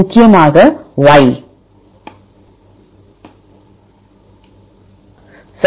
முக்கியமாக Y மாணவர் aromatic residues மற்றும் F மாணவர் ஃபெனைலாலனைன்